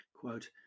quote